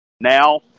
Now